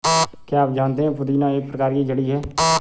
क्या आप जानते है पुदीना एक प्रकार की जड़ी है